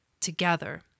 together